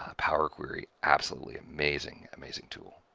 powerquery absolutely amazing, amazing tool.